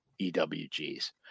EWGs